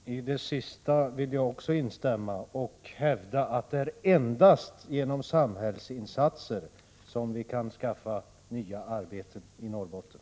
Poliensförsakring Herr talman! I det sista vill jag också instämma och hävda att det är endast genom samhällsinsatser som vi kan skaffa nya arbeten i Norrbotten.